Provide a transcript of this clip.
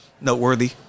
noteworthy